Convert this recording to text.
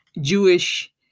Jewish